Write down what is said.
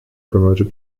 promoter